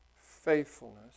faithfulness